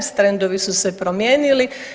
Trendovi su se promijenili.